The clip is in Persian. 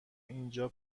اینجا